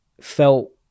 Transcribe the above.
felt